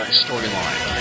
storyline